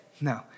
no